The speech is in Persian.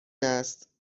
است